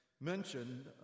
mentioned